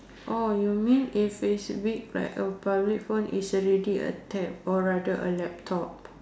oh you mean if is big like a public phone is already a tab or rather a laptop